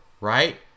right